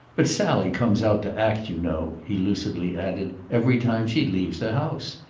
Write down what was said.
but sally comes out to act, you know, he lucidly added, every time she leaves the house.